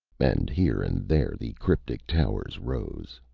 and here and there the cryptic towers rose,